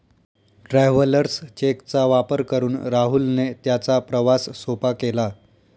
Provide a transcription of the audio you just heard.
travellers cheque चा वापर करून राहुलने त्याचा प्रवास सोपा केला